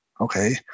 okay